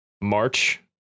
March